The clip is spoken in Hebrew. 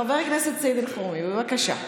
סליחה, חבר הכנסת סעיד אלחרומי, בבקשה.